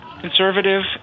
conservative